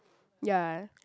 ya